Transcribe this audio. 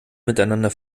miteinander